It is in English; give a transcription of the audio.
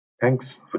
Thanks